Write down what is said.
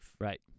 right